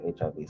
HIV